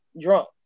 drunk